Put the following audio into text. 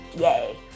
yay